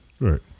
Right